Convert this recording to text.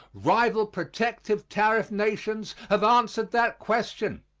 rival protective tariff nations have answered that question.